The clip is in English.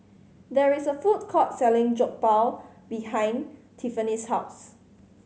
there is a food court selling Jokbal behind Tiffany's house